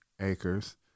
acres